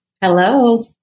Hello